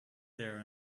there